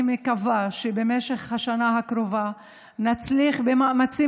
ואני מקווה שבמשך השנה הקרובה נצליח במאמצים